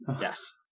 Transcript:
Yes